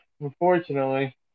unfortunately